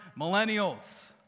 millennials